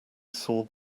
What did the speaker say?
soared